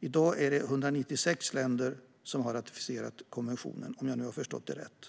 I dag är det 196 länder som har ratificerat konventionen, om jag har förstått det rätt.